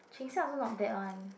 Cheng-Sia also not bad one